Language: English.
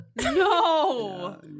No